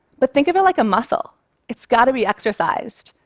but think of it like a muscle it's got to be exercised.